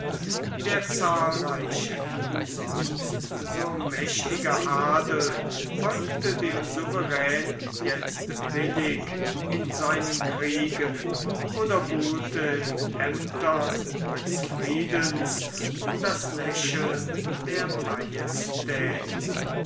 der zahlreiche sonst so mächtige adel folgte dem souverän jetzt willig in seinen kriegen oder buhlte in aemtern des friedens um das lächeln der